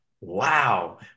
Wow